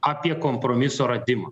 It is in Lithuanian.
apie kompromiso radimą